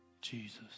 Jesus